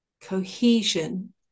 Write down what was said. cohesion